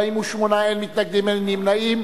48, אין מתנגדים, אין נמנעים.